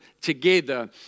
together